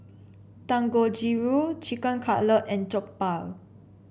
Dangojiru Chicken Cutlet and Jokbal